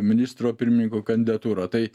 ministro pirmininko kandidatūrą tai